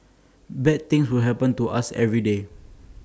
bad things will happen to us every day